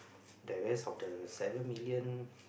the rest of the seven million